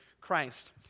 Christ